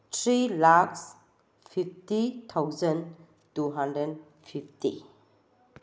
three lakhs fifty thousand two hundred fifty